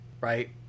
right